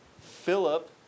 Philip